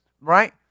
right